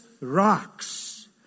rocks